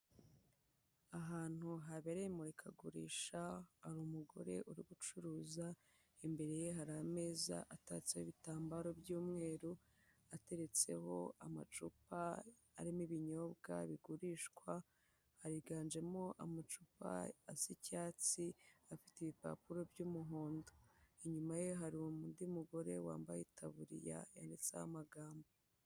Ahantu habereye imurikagurisha, hari umugore uri gucuruza, imbere ye hari ameza atatseho ibitambaro by'umweru, ateretseho amacupa arimo ibinyobwa bigurishwa, higanjemo amacupa asa icyatsi, afite ibipapuro by'umuhondo, inyuma ye hari undi mugore wambaye itaburiya yanditseho amagambo.